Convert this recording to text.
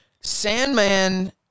Sandman